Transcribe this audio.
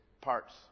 parts